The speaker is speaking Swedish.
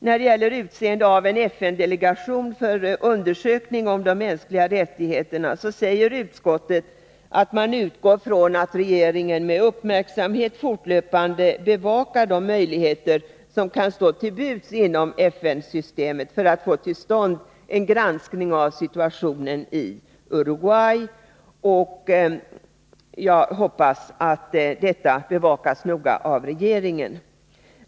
När det gäller utseende av FN-delegation för undersökning av de mänskliga rättigheterna säger utskottet att det utgår ifrån att regeringen med uppmärksamhet fortlöpande bevakar de möjligheter som kan stå till buds inom FN-systemet i syfte att få till stånd en granskning av situationen i Uruguay. Jag hoppas att detta bevakas noga av regeringen.